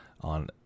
on